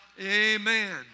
Amen